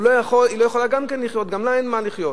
היא לא יכולה גם כן לחיות, גם לה אין ממה לחיות.